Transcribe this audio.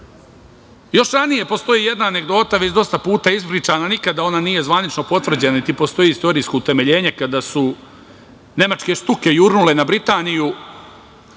ranije postoji jedna anegdota, već dosta puta ispričana, nikada ona nije zvanično potvrđena, niti postoji istorijsko utemeljenje, kada su nemačke „štuke“ jurnule na Britaniju,